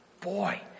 Boy